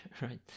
right